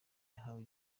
yahawe